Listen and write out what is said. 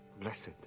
blessed